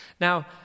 Now